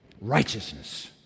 Righteousness